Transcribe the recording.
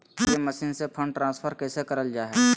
ATM machine से fund transfer कैसे करल जा है?